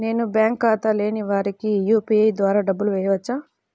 నేను బ్యాంక్ ఖాతా లేని వారికి యూ.పీ.ఐ ద్వారా డబ్బులు వేయచ్చా?